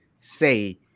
say